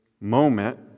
moment